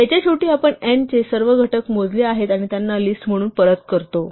याच्या शेवटी आपण n चे सर्व घटक मोजले आहेत आणि त्यांना लिस्ट म्हणून परत करतो